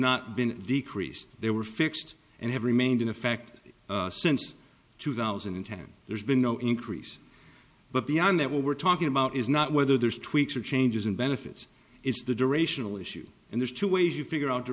not been decreased they were fixed and have remained in effect since two thousand and ten there's been no increase but beyond that what we're talking about is not whether there's tweaks or changes in benefits it's the durational issue and there's two ways you figure out